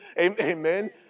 Amen